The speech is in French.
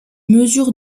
mesure